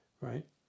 right